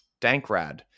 Dankrad